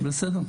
בסדר.